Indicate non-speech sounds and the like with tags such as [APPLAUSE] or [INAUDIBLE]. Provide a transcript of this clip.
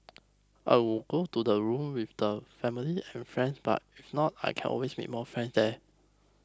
I would [UNINTELLIGIBLE] to the room with the family and friends but if not I can always make more friends there